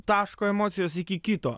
taško emocijos iki kito